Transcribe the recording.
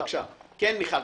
בבקשה, תמשיכי.